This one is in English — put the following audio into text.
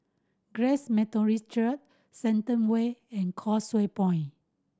Grace Methodist Church Shenton Way and Causeway Point